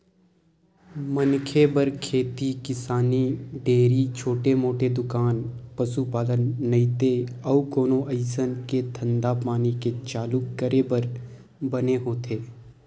मनखे बर खेती किसानी, डेयरी, छोटे मोटे दुकान, पसुपालन नइते अउ कोनो अइसन के धंधापानी के चालू करे बर बने होथे